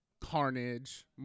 Carnage